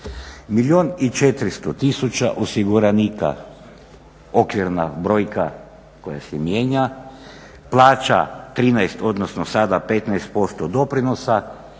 i 400 tisuća osiguranika, okvirna brojka koja se mijenja, plaća 13 odnosno sada 15% doprinosa,